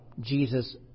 Jesus